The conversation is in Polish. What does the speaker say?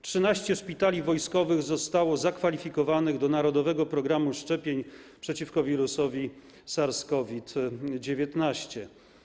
13 szpitali wojskowych zostało zakwalifikowanych do narodowego programu szczepień przeciwko wirusowi SARS COVID-19.